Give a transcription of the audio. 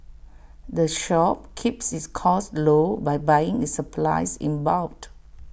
the shop keeps its costs low by buying its supplies in bulk